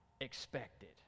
expected